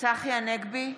צחי הנגבי,